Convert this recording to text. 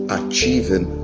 achieving